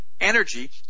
energy